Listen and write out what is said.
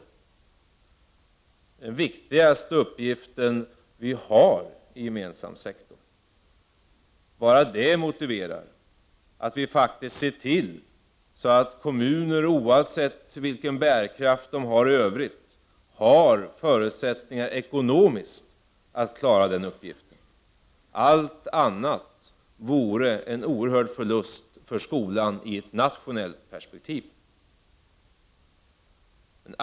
Det är den viktigaste uppgiften i den gemensamma sektorn, och bara det motiverar att vi ser till att kommuner, oavsett vilken bärkraft de har i övrigt, har ekonomiska förutsättningar att klara uppgiften. Allt annat vore en oerhörd förlust för skolan i ett nationellt perspektiv.